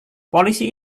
polisi